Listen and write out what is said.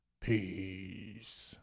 Peace